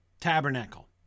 tabernacle